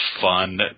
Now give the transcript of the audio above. fun